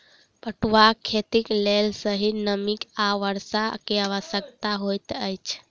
पटुआक खेतीक लेल सही नमी आ वर्षा के आवश्यकता होइत अछि